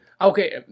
Okay